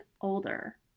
older